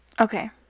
Okay